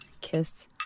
kiss